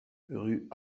rue